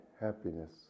happiness